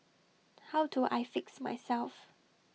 how do I fix myself